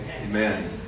Amen